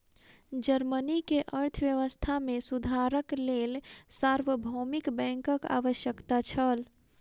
Germany के अर्थव्यवस्था मे सुधारक लेल सार्वभौमिक बैंकक आवश्यकता छल